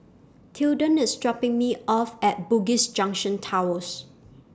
Tilden IS dropping Me off At Bugis Junction Towers